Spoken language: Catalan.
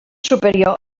superior